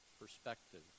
perspective